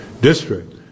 district